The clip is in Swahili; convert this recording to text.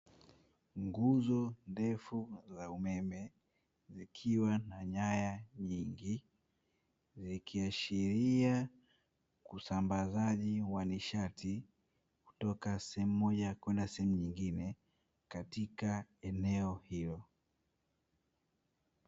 Nguzo ndefu za umeme zikiwa na nyaya nyingi, zikiashiria usambazaji wa nishati kutoka sehemu moja kwenda sehemu nyingine katika eneo hilo.